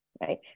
right